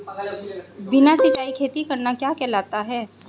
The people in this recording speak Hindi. बिना सिंचाई खेती करना क्या कहलाता है?